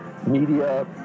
media